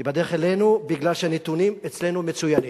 היא בדרך אלינו מפני שהנתונים אצלנו מצוינים,